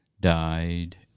died